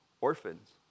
orphans